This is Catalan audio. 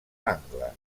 angle